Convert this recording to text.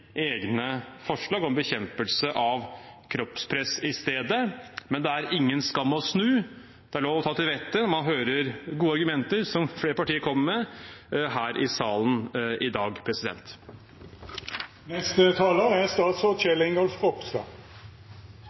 egne forslag om bekjempelse av kroppspress i stedet. Men det er ingen skam å snu. Det er lov å ta til vettet når man hører gode argumenter, som flere partier har kommet med her i salen i dag.